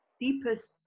deepest